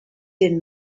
den